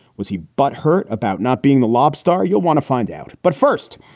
was he butt hurt about not being the lob star? you'll want to find out. but first,